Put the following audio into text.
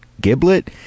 Giblet